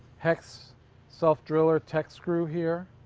hex self-driller tek screw here.